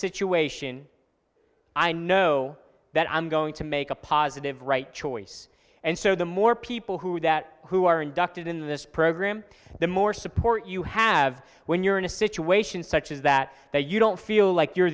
situation i know that i'm going to make a positive right choice and so the more people who that who are inducted in this program the more support you have when you're in a situation such as that that you don't feel like you're